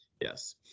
Yes